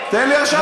תן לי עכשיו לדבר.